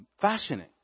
fashioning